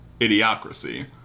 Idiocracy